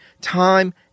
Time